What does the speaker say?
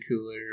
cooler